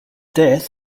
death